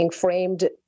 framed